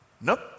Nope